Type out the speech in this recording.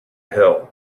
hill